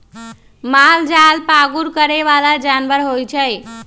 मालजाल पागुर करे बला जानवर होइ छइ